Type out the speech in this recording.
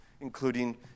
including